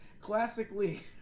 classically